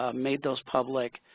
ah made those public,